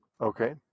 Okay